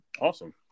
Awesome